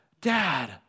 dad